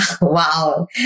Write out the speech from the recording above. Wow